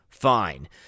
Fine